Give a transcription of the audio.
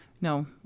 no